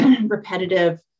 repetitive